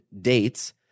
dates